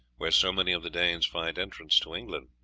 where so many of the danes find entrance to england.